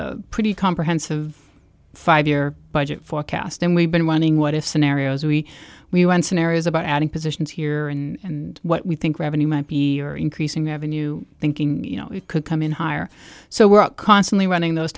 a pretty comprehensive five year budget forecast and we've been running what if scenarios we we want scenarios about adding positions here and what we think revenue might be or increasing revenue thinking you know it could come in higher so we're constantly running those